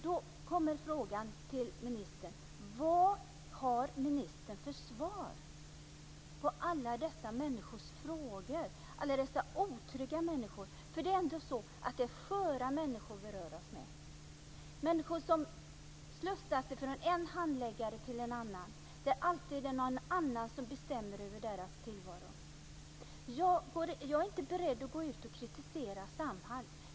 Då kommer frågan till ministern: Vad har ministern för svar på alla dessa otrygga människors frågor? Det är ändå sköra människor som vi har att göra med, människor som slussas från en handläggare till en annan. Det är alltid någon annan som bestämmer över deras tillvaro. Jag är inte beredd att gå ut och kritisera Samhall.